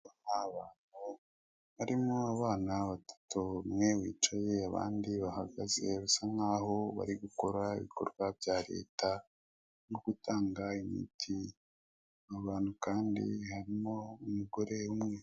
Ndi kubona abantu barimo abana batatu, umwe wicaye abandi bahagaze basa nkaho bari gukora ibikorwa bya leta nko gutanga imiti. Abo bantu kandi harimo umugore umwe.